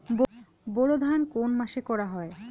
বোরো ধান কোন মাসে করা হয়?